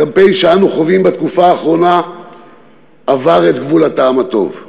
הקמפיין שאנו חווים בתקופה האחרונה עבר את גבול הטעם הטוב.